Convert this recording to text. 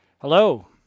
Hello